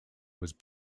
was